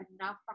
enough